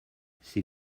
c’est